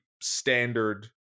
standard